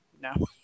No